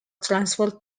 transferred